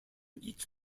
each